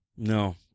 No